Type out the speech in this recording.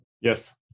Yes